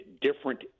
different